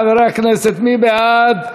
חברי הכנסת, מי בעד?